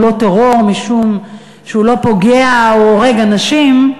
הוא לא טרור משום שהוא לא פוגע או הורג אנשים,